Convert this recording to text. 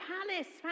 Palace